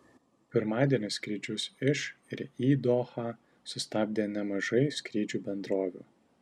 pirmadienį skrydžius iš ir į dohą sustabdė nemažai skrydžių bendrovių